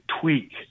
tweak